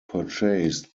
purchased